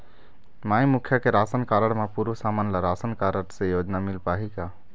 माई मुखिया के ration card म पुरुष हमन ला राशन कारड से योजना मिल पाही का?